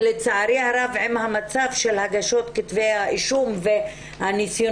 לצערי הרב עם המצב של הגשות כתבי האישום והניסיון